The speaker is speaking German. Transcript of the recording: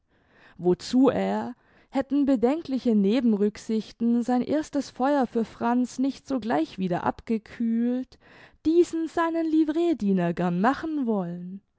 wozu er hätten bedenkliche nebenrücksichten sein erstes feuer für franz nicht sogleich wieder abgekühlt diesen seinen livreediener gern machen wollen